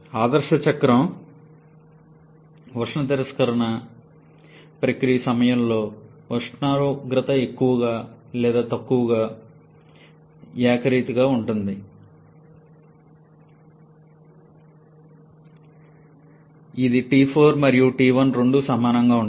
ఆదర్శ చక్రంలో ఉష్ణ తిరస్కరణ ప్రక్రియ సమయంలో ఉష్ణోగ్రత ఎక్కువ లేదా తక్కువ ఏకరీతిగా ఉంటుంది ఇది T4 మరియు T1 రెండూ సమానంగా ఉంటాయి